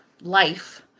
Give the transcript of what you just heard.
life